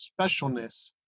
specialness